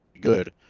good